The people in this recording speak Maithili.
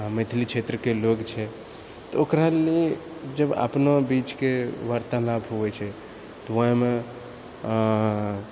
आ मैथिली क्षेत्रके लोक छै तऽ ओकरा लिए जब आपनो बीचके वार्तालाप होइ छै तऽ ओहिमे